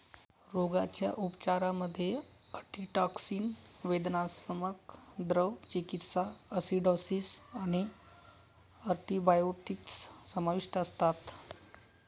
रोगाच्या उपचारांमध्ये अँटीटॉक्सिन, वेदनाशामक, द्रव चिकित्सा, ॲसिडॉसिस आणि अँटिबायोटिक्स समाविष्ट असतात